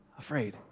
afraid